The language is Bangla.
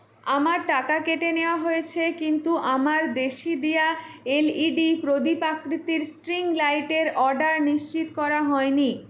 আমার টাকা কেটে নেওয়া হয়েছে কিন্তু আমার দেশি দিয়া এলইডি প্রদীপ আকৃতির স্ট্রিং লাইটের অর্ডার নিশ্চিত করা হয়নি